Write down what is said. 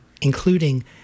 including